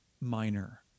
minor